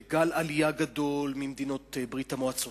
גל עלייה גדול ממדינות ברית-המועצות,